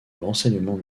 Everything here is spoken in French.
renseignement